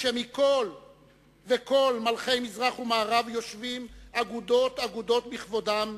שכל מלכי מזרח ומערב יושבים אגודות אגודות בכבודם,